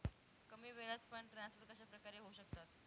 कमी वेळात fund transfer कशाप्रकारे होऊ शकतात?